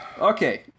Okay